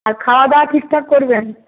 আর খাওয়াদাওয়া ঠিকঠাক করবেন